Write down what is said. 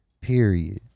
period